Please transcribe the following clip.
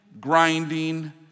grinding